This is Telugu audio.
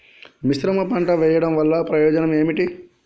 మిశ్రమ పంట వెయ్యడం వల్ల ప్రయోజనం ఏమిటి?